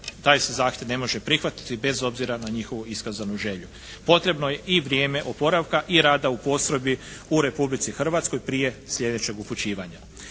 taj se zahtjev ne može prihvatiti bez obzira na njihovu iskazanu želju. Potrebno je i vrijeme oporavka i rada u postrojbi u Republici Hrvatskoj prije sljedećeg upućivanja.